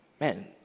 Man